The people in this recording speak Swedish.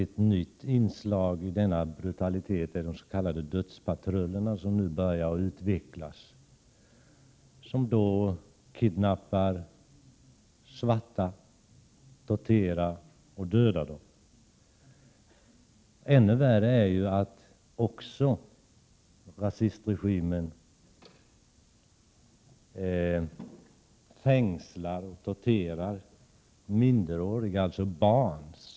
Ett nytt inslag i denna brutalitet är de s.k. dödspatrullerna som nu börjar utvecklas. De kidnappar, torterar och dödar svarta människor. Ännu värre är att rasistregimen också fängslar och torterar svarta minderåriga och barn.